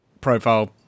profile